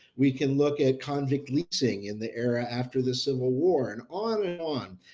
we can look at convict leasing and the era after the civil war and on and on.